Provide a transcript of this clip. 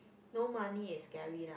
no money is scary lah